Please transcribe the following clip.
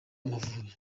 amavubi